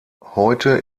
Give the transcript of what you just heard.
heute